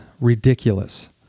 ridiculous